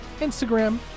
instagram